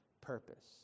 purpose